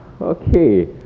Okay